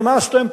נמאסתם,